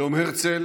ביום הרצל